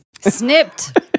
snipped